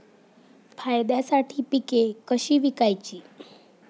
फायद्यासाठी पिके कशी विकायची?